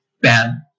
bad